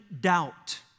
doubt